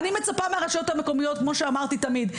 אני מצפה מהרשויות המקומיות כמו שאמרתי תמיד.